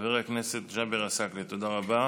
חבר הכנסת ג'אבר עסאקלה, תודה רבה.